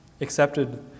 accepted